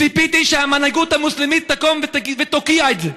ציפיתי שהמנהיגות המוסלמית תקום ותוקיע את זה,